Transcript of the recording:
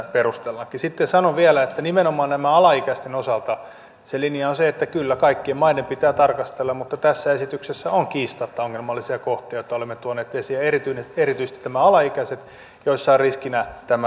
sitten sanon vielä että nimenomaan alaikäisten osalta se linja on se että kyllä kaikkien maiden pitää tarkastella mutta tässä esityksessä on kiistatta ongelmallisia kohtia joita olemme tuoneet esiin erityisesti nämä alaikäiset joissa on riskinä ihmissalakuljetuksen lisääminen